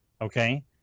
Okay